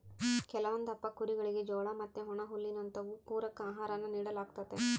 ಕೆಲವೊಂದಪ್ಪ ಕುರಿಗುಳಿಗೆ ಜೋಳ ಮತ್ತೆ ಒಣಹುಲ್ಲಿನಂತವು ಪೂರಕ ಆಹಾರಾನ ನೀಡಲಾಗ್ತತೆ